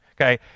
Okay